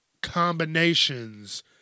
combinations